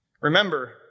Remember